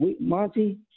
Monty